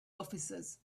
officers